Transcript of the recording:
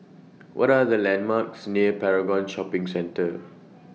What Are The landmarks near Paragon Shopping Centre